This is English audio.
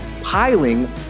piling